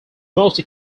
mostly